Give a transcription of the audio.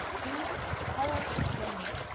he is taller than me.